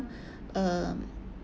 uh